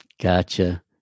Gotcha